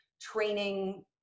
training